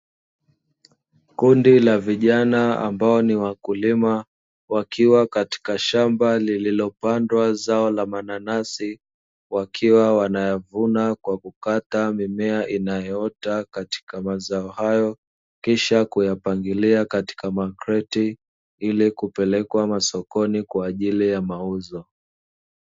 Kundi la vijana ambao ni wakulima wakiwa katika shamba lililopandwa zao la mananasi, wakiwa wanayavuna kwa kukata mimea inayoota katika mazao hayo, kisha kuyapangilia katika makreti ili kupelekwa masokoni kwa ajili ya mauzo.